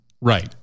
Right